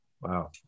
Wow